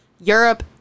Europe